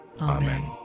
Amen